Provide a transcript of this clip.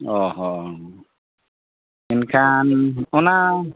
ᱚᱻ ᱦᱚᱸ ᱢᱮᱱᱠᱷᱟᱱ ᱚᱱᱟ